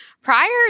prior